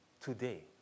today